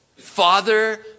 Father